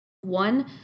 one